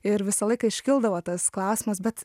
ir visą laiką iškildavo tas klausimas bet